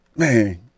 Man